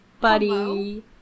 buddy